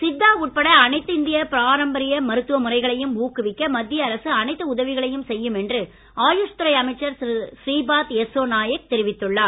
சித்தா உட்பட அனைத்து இந்திய பாரம்பரிய மருத்துவ முறைகளையும் ஊக்குவிக்க மத்திய அரசு அனைத்து உதவிகளையும் செய்யும் என்று ஆயுஷ் துறை அமைச்சர் திரு ஸ்ரீபாத் யெஸ்ஸோநாயக் தெரிவித்துள்ளார்